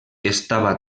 estava